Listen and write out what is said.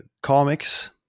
Comics